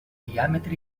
diàmetre